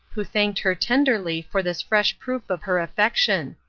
who thanked her tenderly for this fresh proof of her affection.